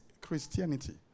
Christianity